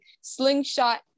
slingshot